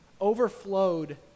overflowed